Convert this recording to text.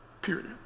period